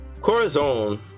corazon